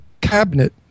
cabinet